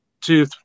two